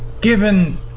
Given